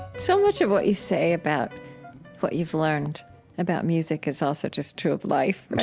so much of what you say about what you've learned about music is also just true of life, right?